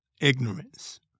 Ignorance